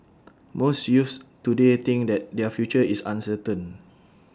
most youths today think that their future is uncertain